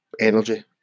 energy